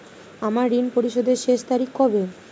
আমার ঋণ পরিশোধের শেষ তারিখ কবে?